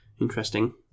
Interesting